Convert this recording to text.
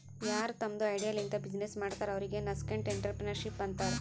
ಯಾರು ತಮ್ದು ಐಡಿಯಾ ಲಿಂತ ಬಿಸಿನ್ನೆಸ್ ಮಾಡ್ತಾರ ಅವ್ರಿಗ ನಸ್ಕೆಂಟ್ಇಂಟರಪ್ರೆನರ್ಶಿಪ್ ಅಂತಾರ್